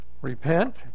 repent